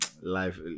life